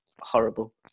horrible